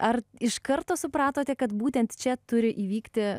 ar iš karto supratote kad būtent čia turi įvykti